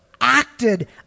acted